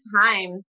time